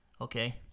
Okay